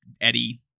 Eddie